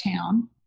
town